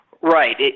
Right